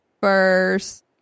first